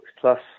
plus